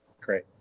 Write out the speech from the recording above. great